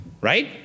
Right